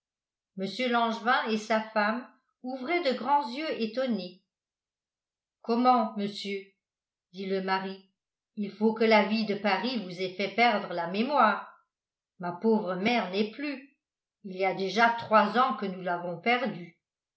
mr langevin et sa femme ouvraient de grands yeux étonnés comment monsieur dit le mari il faut que la vie de paris vous ait fait perdre la mémoire ma pauvre mère n'est plus il y a déjà trois ans que nous l'avons perdue